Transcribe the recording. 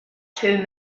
two